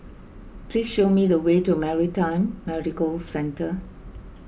please show me the way to Maritime Medical Centre